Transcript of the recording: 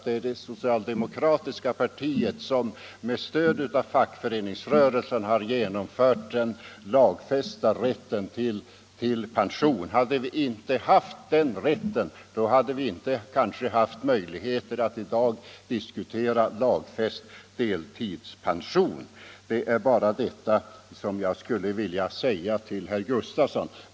Det är det socialdemokratiska partiet som med stöd av fackföreningsrörelsen har genomfört den lagfästa rätten till pension. Hade vi inte haft den rätten skulle vi inte heller haft möjligheter att i dag diskutera lagfäst rätt till deltidspension. Det var bara det som jag ville säga till herr Gustavsson.